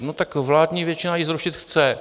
No, tak vládní většina ji zrušit chce.